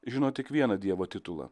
žino tik vieną dievo titulą